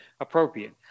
appropriate